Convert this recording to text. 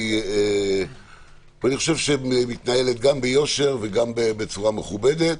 חושב שמתנהלת ביושר ובצורה מכובדת.